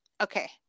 okay